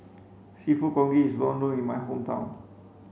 seafood congee is well known in my hometown